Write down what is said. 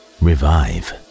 revive